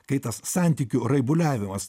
kai tas santykių raibuliavimas